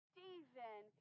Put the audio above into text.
Stephen